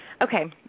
Okay